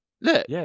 Look